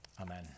Amen